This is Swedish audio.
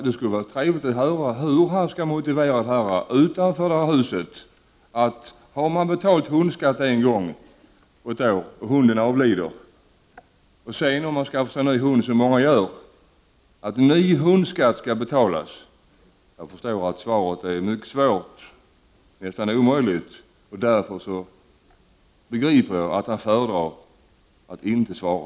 Det skulle vara trevligt att höra hur han motiverar för dem som finns utanför detta hus varför den som har betalat hundskatt ett år och vars hund avlider måste betala ny hundskatt för samma år om han skaffar sig en ny hund, som många i det läget gör. Jag förstår att det är mycket svårt, nästan omöjligt att svara på detta. Jag begriper därför att han föredrar att inte svara.